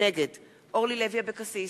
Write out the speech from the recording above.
נגד אורלי לוי אבקסיס,